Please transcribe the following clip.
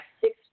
six